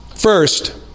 First